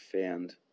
found